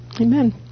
Amen